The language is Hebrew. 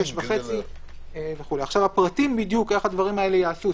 18:30. אני מציע שנדבר על הפרטים המדויקים איך הדברים האלה ייעשו,